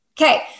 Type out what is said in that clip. Okay